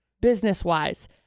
business-wise